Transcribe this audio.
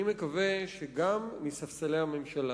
אני מקווה שגם מספסלי הממשלה